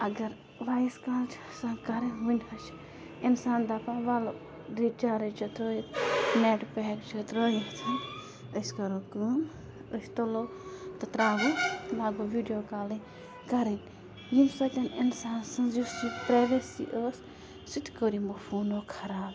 اگر voice call چھِ آسان کَرٕنۍ وٕنہِ حظ اِنسان دَپان وَلہٕ رِچارٕج چھِ ترٛٲوِتھ نٮ۪ٹ پیک چھِ ترٛٲیِتھ أسۍ کَرو کٲم أسۍ تُلو تہٕ ترٛاوو لاگو ویٖڈیو کالٕے کَرٕنۍ ییٚمہِ سۭتۍ اِنسان سٕنٛز یُس یہِ پرٛیویسی ٲس سُہ تہِ کوٚر یِمو فونو خراب